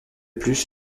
plus